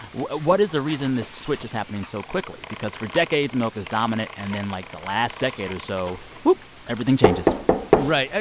what is the reason this switch is happening so quickly? because for decades, milk is dominant. and then, like, the last decade or so, everything changes right.